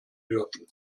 dürfen